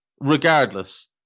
Regardless